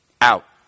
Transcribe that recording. Out